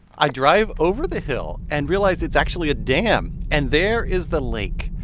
i drive over the hill and realize it's actually a dam. and there is the lake.